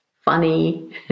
funny